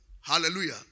Hallelujah